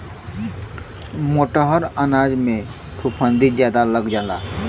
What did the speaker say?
मोटहर अनाजन में फफूंदी जादा लग जाला